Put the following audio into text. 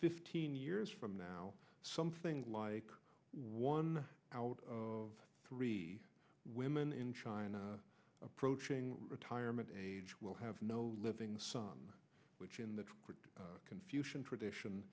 fifteen years from now something like one out of three women in china approaching retirement age will have no living son which in the confucian tradition